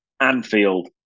Anfield